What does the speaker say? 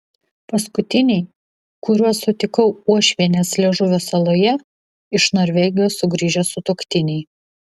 paskutiniai kuriuos sutikau uošvienės liežuvio saloje iš norvegijos sugrįžę sutuoktiniai